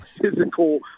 physical